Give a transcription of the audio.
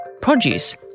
Produce